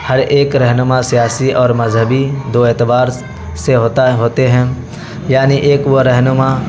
ہر ایک رہنما سیاسی اور مذہبی دو اعتبار سے ہوتا ہوتے ہیں یعنی ایک وہ رہنما